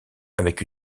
avec